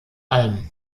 alm